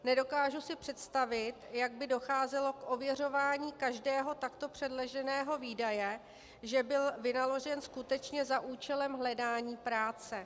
Nedokážu si představit, jak by docházelo k ověřování každého takto předloženého výdaje, že byl vynaložen skutečně za účelem hledání práce.